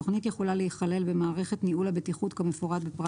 התוכנית יכולה להיכלל במערכת ניהול הבטיחות כמפורט בפרט